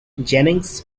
jennings